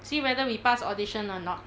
see whether we pass audition or not